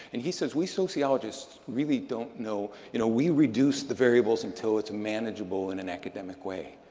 and he says, we sociologists really don't know you know, we reduce the variables until it's manageable in an academic way.